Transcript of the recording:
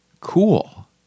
cool